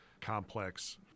complex